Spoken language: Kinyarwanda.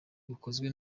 bukozwe